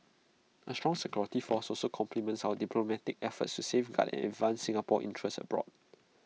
A strong security force also complements our diplomatic efforts to safeguard and advance Singapore's interests abroad